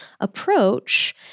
approach